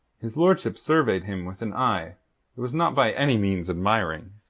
his lordship surveyed him with an eye that was not by any means admiring.